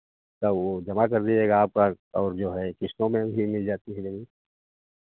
तब वो जमा कर दीजिएगा आपका और जो है किस्तों में भी मिल जाती है ज़मीन